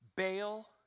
Bail